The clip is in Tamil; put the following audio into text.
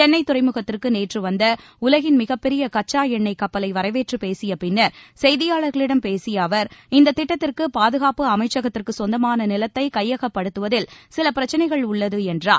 சென்னை துறைமுகத்திற்கு நேற்று வந்த உலகிள் மிகப் பெரிய கச்சா எண்ணெய்க் கப்பலை வரவேற்றுப் பேசிய பின்னர் செய்தியாளர்களிடம் பேசிய அவர் இந்த திட்டத்திற்கு பாதுகாப்பு அமைச்சகத்திற்குச் சொந்தமான நிலத்தை கையகப்படுத்துவதில் சில பிரச்சினைகள் உள்ளது என்றார்